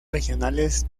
regionales